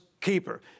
keeper